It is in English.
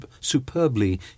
superbly